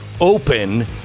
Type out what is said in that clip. open